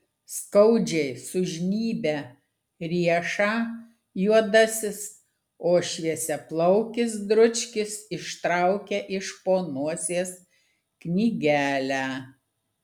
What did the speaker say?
skaudžiai sužnybia riešą juodasis o šviesiaplaukis dručkis ištraukia iš po nosies knygelę